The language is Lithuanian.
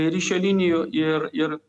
ryšio linijų ir ir